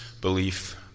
belief